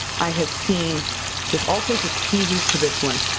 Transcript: i have seen just all sorts of teasers to this one!